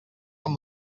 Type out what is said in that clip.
amb